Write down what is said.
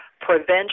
prevention